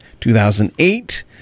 2008